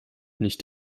nicht